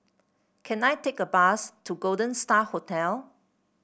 can I take a bus to Golden Star Hotel